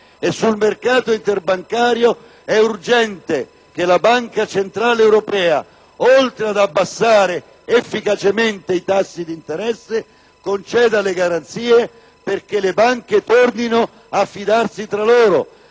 e sul mercato interbancario è urgente che la Banca centrale europea, oltre ad abbassare efficacemente i tassi di interesse, conceda garanzie affinché le banche tornino a fidarsi tra loro,